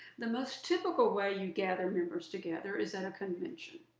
the most typical way you gather members together is at a convention.